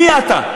מי אתה?